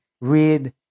read